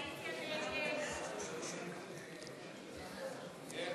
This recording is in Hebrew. ההסתייגות של קבוצת סיעת המחנה הציוני (יעל